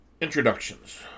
Introductions